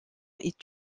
est